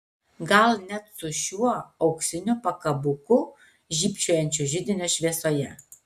gal net su šiuo auksiniu pakabuku žybčiojančiu židinio šviesoje